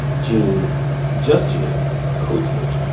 gene just gene code switch.